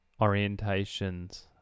orientations